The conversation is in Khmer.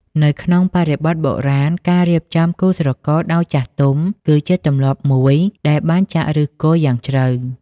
នៅក្នុងបរិបទបុរាណ ការរៀបចំគូស្រករដោយចាស់ទុំ គឺជាទម្លាប់មួយដែលបានចាក់ឫសគល់យ៉ាងជ្រៅ។